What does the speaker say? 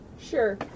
Sure